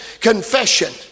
confession